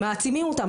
מעצימים אותם.